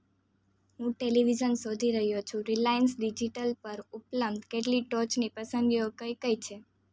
હું ટેલિવિઝન શોધી રહ્યો છું રિલાયન્સ ડિજિટલ પર ઉપલબ્ધ કેટલીક ટોચની પસંદગીઓ કઈ કઈ છે